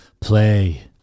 Play